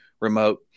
remote